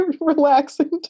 relaxing